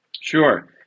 sure